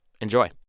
Enjoy